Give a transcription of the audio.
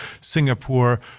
Singapore